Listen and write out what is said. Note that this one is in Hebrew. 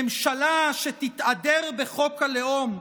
ממשלה שתתהדר בחוק הלאום,